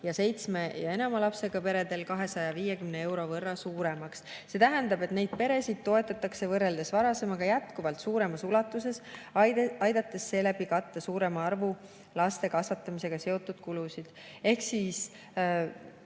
ja enama lapsega peredel 250 euro võrra suuremaks. See tähendab, et neid peresid toetatakse võrreldes varasemaga jätkuvalt suuremas ulatuses, aidates sellega katta suurema arvu laste kasvatamisega seotud kulusid. Kui